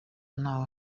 n’aho